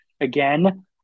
again